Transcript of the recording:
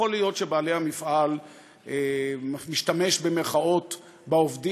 יכול להיות שבעל המפעל "משתמש" בעובדים